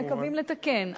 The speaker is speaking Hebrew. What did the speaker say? כשיש אז בודקים ומקווים לתקן,